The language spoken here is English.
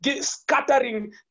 scattering